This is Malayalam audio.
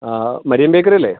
ആ മരിയൻ ബേക്കറി അല്ലേ